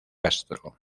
castro